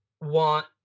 want